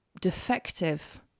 defective